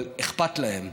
אבל אכפת להם.